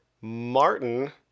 Martin